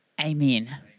Amen